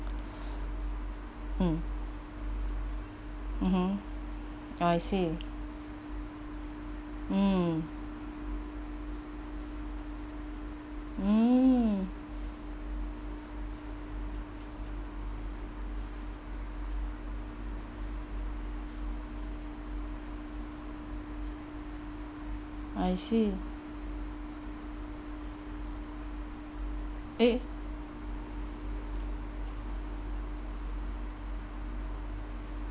mm mm mm oh I see mm mm I see eh